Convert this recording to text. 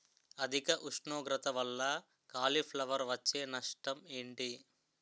అధిక ఉష్ణోగ్రత వల్ల కాలీఫ్లవర్ వచ్చే నష్టం ఏంటి?